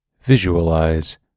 visualize